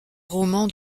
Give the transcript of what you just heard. roman